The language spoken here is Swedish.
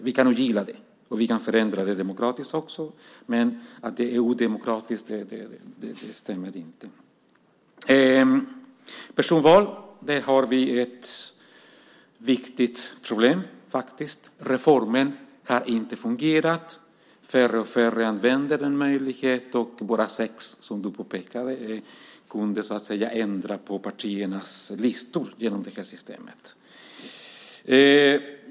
Vi kan ogilla det, och vi kan förändra det på demokratisk väg. Att det är odemokratiskt stämmer alltså inte. Personval är en viktig fråga. Reformen har inte fungerat. Färre och färre använder möjligheten. I valet 2006 valdes som du påpekade bara sex personer in och ändrade på partiernas listor via det här systemet.